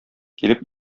килеп